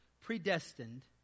predestined